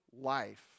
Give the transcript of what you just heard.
life